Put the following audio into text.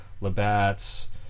Labatt's